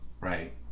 right